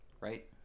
right